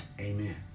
amen